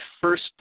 first